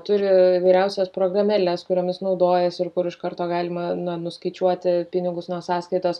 turi įvairiausias programėles kuriomis naudojasi ir kur iš karto galima na nuskaičiuoti pinigus nuo sąskaitos